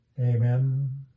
Amen